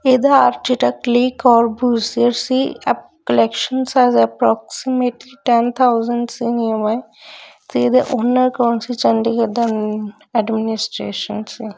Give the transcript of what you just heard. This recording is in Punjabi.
ਇਹਦਾ ਆਰਟੀਟੈਕ ਲੀ ਕੋਰਬੂਜ਼ਿਅਰ ਸੀ up collection as a approximately ten thousand ਸੀਨਿਊਮਾਏ ਅਤੇ ਇਹਦੇ ਓਨਰ ਕੋਣ ਸੀ ਚੰਡੀਗੜ ਦਾ ਐਡਮਿਨਿਸਟ੍ਰੇਸ਼ਨ ਸੀ